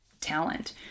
talent